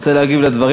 רוצה להגיב לדברים.